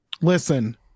Listen